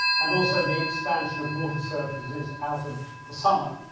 and also the expansion of water surface is out of the summer,